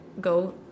go